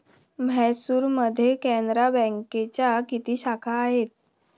म्हैसूरमध्ये कॅनरा बँकेच्या किती शाखा आहेत?